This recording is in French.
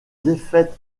défaite